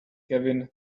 kevin